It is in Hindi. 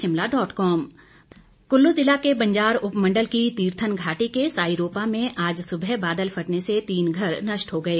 बादल फटा कुल्लू जिला के बंजार उपमंडल की तीर्थन घाटी के साईरोपा में आज सुबह बादल फटने से तीन घर नष्ट हो गए